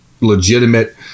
legitimate